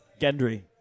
Gendry